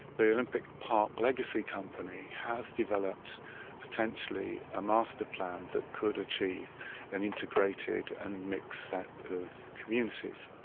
the olympic park legacy company has developed potentially a master plan that could achieve an integrated and mixed set of communities.